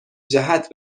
جهت